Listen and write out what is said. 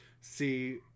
See